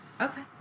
Okay